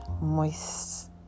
Moist